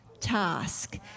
Task